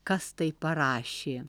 kas tai parašė